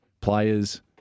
players